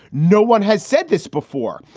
no one has said this before.